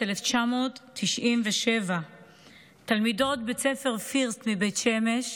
1997. תלמידות בית הספר פירסט מבית שמש,